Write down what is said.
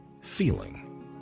feeling